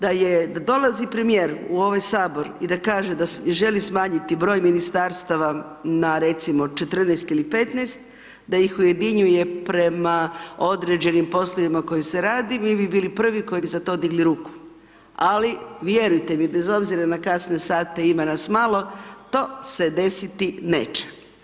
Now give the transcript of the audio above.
Da je dolazi premjer u ovaj sabor i da kaže da želi smanjiti broj ministarstava na recimo 14 ili 15 da ih ujedinjuje prema određenim poslovima koji se radi, mi bi bili prvi koji bi za to digli ruku, ali, vjerujte mi, bez obzira na kasne sate ima nas malo, to se desiti neće.